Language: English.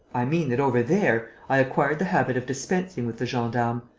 i mean that, over there, i acquired the habit of dispensing with the gendarmes.